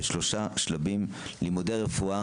בשלושה שלבים: לימודי רפואה,